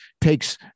takes